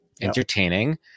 entertaining